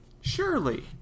Surely